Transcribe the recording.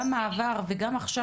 גם מהעבר וגם מעכשיו,